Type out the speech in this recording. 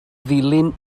ddulyn